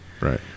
Right